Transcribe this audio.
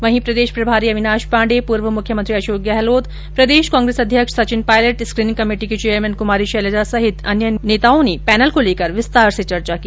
वहीं प्रदेश प्रभारी अविनाश पांडे पूर्व मुख्यमंत्री अषोक गहलोत प्रदेश कांग्रेस अध्यक्ष सचिन पायलट स्क्रीनिंग कमेटी की चेयरमैन कुमारी शैलजा समेत अन्य नेता पैनल को लेकर विस्तार से चर्चा की